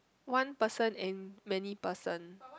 one person in many person